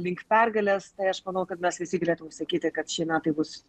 link pergalės tai aš manau kad mes visi galėtume sakyti kad šie metai bus